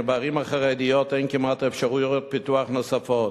כי בערים החרדיות אין כמעט אפשרויות פיתוח נוספות,